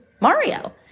Mario